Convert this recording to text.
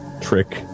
Trick